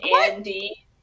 Andy